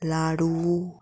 लाडू